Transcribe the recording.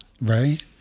Right